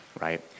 right